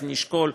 נשקול,